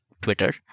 Twitter